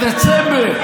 בדצמבר,